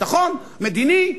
ביטחון מדיני,